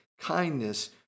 kindness